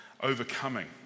overcoming